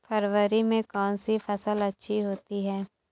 फरवरी में कौन सी फ़सल अच्छी होती है?